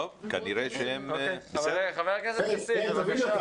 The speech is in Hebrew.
טוב, כנראה שהם --- חבר הכנסת כסיף, בבקשה.